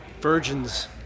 Virgins